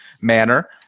manner